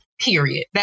Period